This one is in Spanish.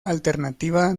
alternativa